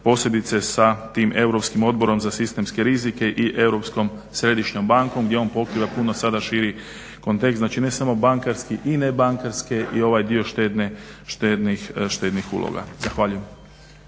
posebice sa tim Europskim odborom za sistemske rizike i Europskom središnjom bankom gdje on pokriva puno sada širi kontekst. Znači ne samo bankarski, i nebankarske i ovaj dio štednih uloga. Zahvaljujem.